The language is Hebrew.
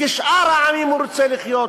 כשאר העמים, הוא רוצה לחיות,